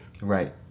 Right